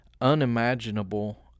unimaginable